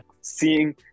seeing